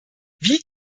wie